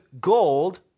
gold